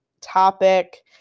topic